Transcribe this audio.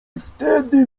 wtedy